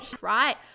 right